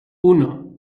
uno